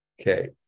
Okay